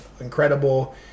incredible